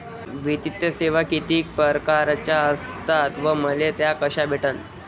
वित्तीय सेवा कितीक परकारच्या असतात व मले त्या कशा भेटन?